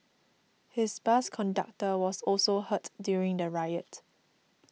his bus conductor was also hurt during the riot